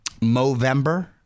Movember